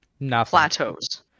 plateaus